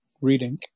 reading